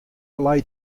lei